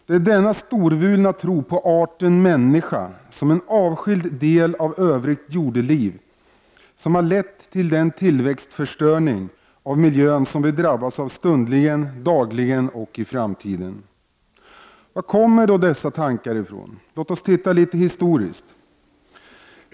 Det är denna storvulna tro på arten människa som en avskild del av övrigt jordeliv som har lett till den tillväxtförstöring av miljön som vi drabbas av stundligen, dagligen och även kommer att drabbas av i framtiden. Vad kommer dessa tankar ifrån? Låt oss studera detta litet historiskt.